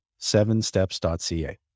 sevensteps.ca